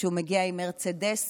שהוא מגיע עם מרצדסים,